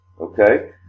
Okay